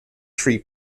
tree